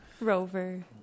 Rover